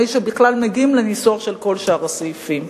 שבכלל מגיעים לניסוח של כל שאר הסעיפים.